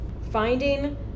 Finding